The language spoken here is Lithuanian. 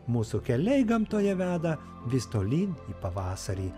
mūsų keliai gamtoje veda vis tolyn į pavasarį